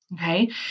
Okay